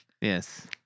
Yes